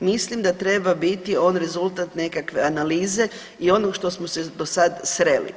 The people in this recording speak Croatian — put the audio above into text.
mislim da treba biti on rezultat nekakve analize i onog što smo se do sad sreli.